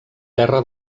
terra